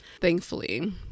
thankfully